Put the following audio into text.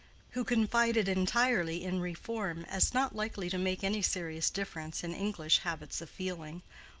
who confided entirely in reform as not likely to make any serious difference in english habits of feeling,